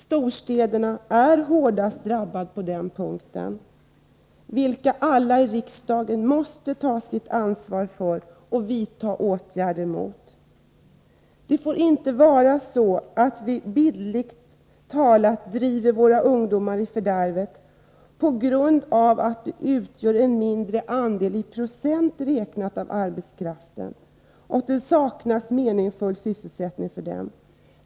Storstäderna är hårdast drabbade på den punkten, vilket alla i riksdagen måste ta sitt ansvar för och vidta åtgärder mot. Det får inte vara så att vi bildligt talat driver våra ungdomar i fördärvet på grund av att de utgör en mindre andel i procent räknat av arbetskraften och att det saknas meningsfull sysselsättning för dem.